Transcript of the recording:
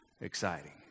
Exciting